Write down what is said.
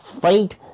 Fight